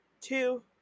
two